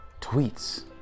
tweets